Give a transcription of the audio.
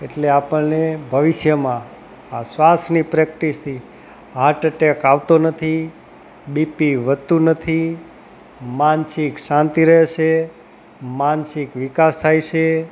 એટલે આપણને ભવિષ્યમાં આ શ્વાસની પ્રેક્ટિસથી હાર્ટ અટેક આવતો નથી બીપી વધતું નથી માનસિક શાંતિ રહેશે માનસિક વિકાસ થાય છે